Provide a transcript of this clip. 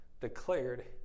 declared